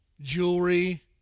jewelry